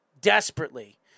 Desperately